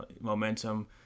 momentum